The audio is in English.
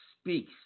speaks